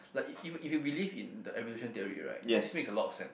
like if you if you believe in the evolution theory right this makes a lot of sense